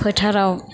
फोथाराव